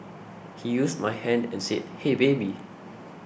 he used my hand and said hey baby